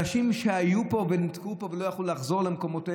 אנשים שהיו פה נתקעו פה ולא יכלו לחזור למקומותיהם,